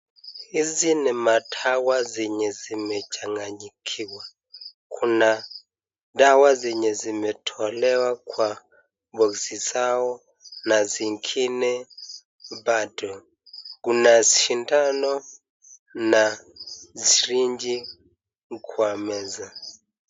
Hizi ni madawa zenye zimechanganyikiwa. Kuna dawa zenye zimetolewa kwa boksi zao na zingine bado. Kuna sindano na sirinji kwa meza.